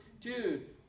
Dude